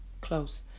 close